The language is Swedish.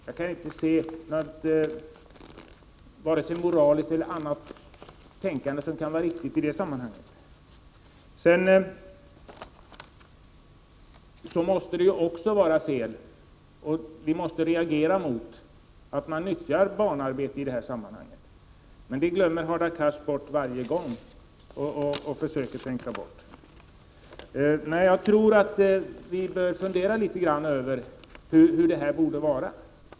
Jag kan inte se något moraliskt i detta. Vi iSverige måste också reagera mot att barnarbetskraft används i detta sammanhang. Men det glömmer Hadar Cars bort varje gång. Jag tycker att vi bör fundera litet över hur detta borde vara.